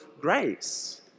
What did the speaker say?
grace